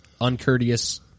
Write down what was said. uncourteous